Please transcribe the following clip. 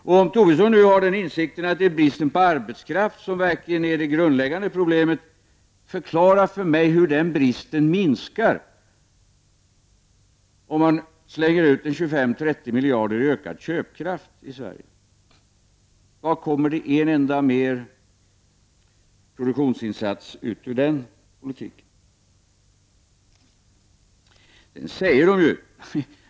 Om Lars Tobisson har den åsikten att det är bristen på arbetskraft som verkligen är det grundläggande problemet, förklara för mig då hur den bristen minskar om man slänger ut 25—30 miljarder i ökad köpkraft i Sverige! Kommer det en enda ytterligare produktionsinsats ut ur den politiken?